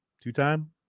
Two-time